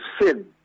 sin